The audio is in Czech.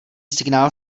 signál